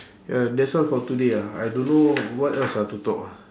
ya that's all for today ah I don't know what else ah to talk